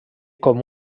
com